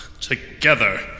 Together